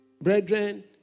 brethren